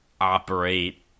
operate